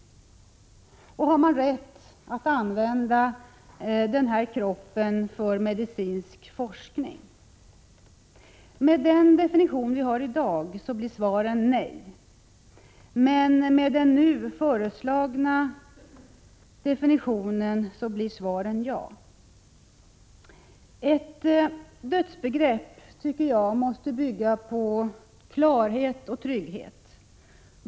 Har man rätt att använda kroppen för medicinsk forskning? Med nuvarande definition blir svaren nej, men med den nu föreslagna definitionen blir svaren ja. Ett dödsbegrepp måste bygga på klarhet och trygghet.